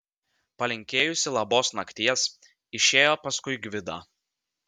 palinkėjusi labos nakties išėjo paskui gvidą